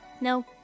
No